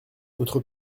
notre